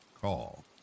call